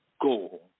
goal